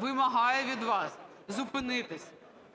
вимагає від вас зупинитись